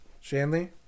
Shanley